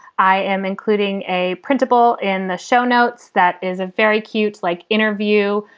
i am including a principal in the show notes. that is a very cute like interview.